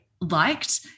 liked